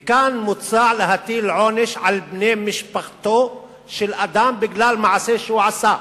וכאן מוצע להטיל עונש על בני משפחתו של אדם בגלל מעשה שהוא עשה.